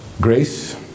Grace